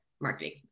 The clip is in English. marketing